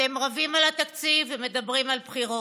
אתם רבים על התקציב ומדברים על בחירות.